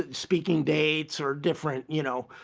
ah speaking dates are different, you know,